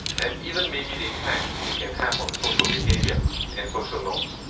and even maybe the impact it can have on social behavior and social norms.